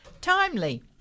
timely